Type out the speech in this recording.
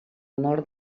nord